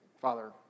Father